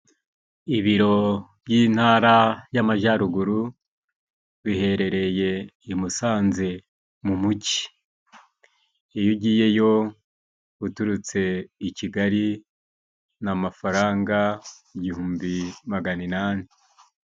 Ibiro by'intara y' amajyaruguru biherereye i Musanze mu mujyi, iyo ugiyeyo uturutse i kigali ni amafaranga igihumbi magana inani.